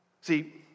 see